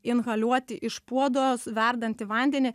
inhaliuoti iš puodo verdantį vandenį